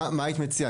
מה היית מציעה?